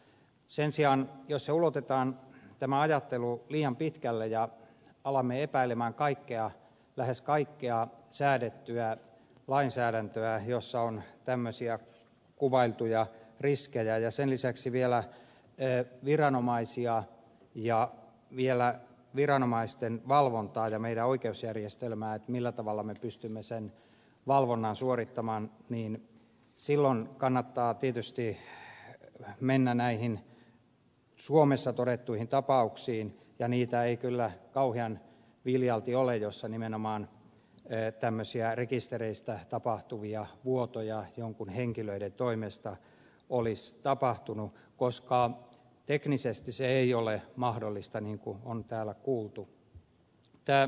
sen sijaan jos tämä ajattelu ulotetaan liian pitkälle ja alamme epäillä lähes kaikkea säädettyä lainsäädäntöä jossa on tämmöisiä kuvailtuja riskejä ja sen lisäksi vielä viranomaisia ja viranomaisten valvontaa ja meidän oikeusjärjestelmäämme millä tavalla me pystymme sen valvonnan suorittamaan niin silloin kannattaa tietysti mennä näihin suomessa todettuihin tapauksiin ja niitä ei kyllä kauhean viljalti ole joissa nimenomaan tämmöisiä rekistereistä tapahtuvia vuotoja joidenkin henkilöiden toimesta olisi tapahtunut koska teknisesti se ei ole mahdollista niin kuin on täällä kuultu